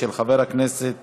של חבר הכנסת